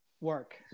work